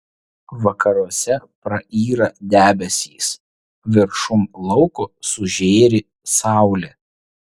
vakaruose prayra debesys viršum lauko sužėri saulė